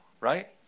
right